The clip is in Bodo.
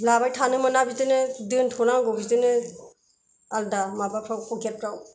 लाबाय थानो मोना बिदिनो दोनथ'नांगौ बिदिनो आलदा माबाफ्राव फकेतफ्राव